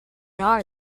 are